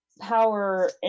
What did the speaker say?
power